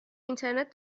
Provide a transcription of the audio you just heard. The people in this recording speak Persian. اینترنت